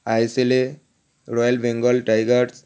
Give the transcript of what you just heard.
ISL এ Royal Bengal tigers